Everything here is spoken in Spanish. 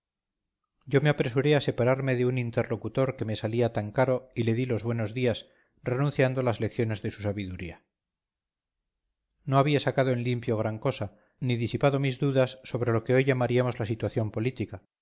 yo me apresuré a separarme de un interlocutor que me salía tan caro y le di los buenos días renunciando a las lecciones de su sabiduría no había sacado en limpio gran cosa ni disipado mis dudas sobre lo que hoy llamaríamos la situación política